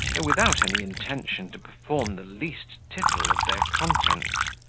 though without any intention to perform the least title of their contents.